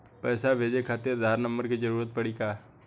पैसे भेजे खातिर आधार नंबर के जरूरत पड़ी का?